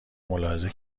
ملاحظه